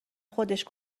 خودش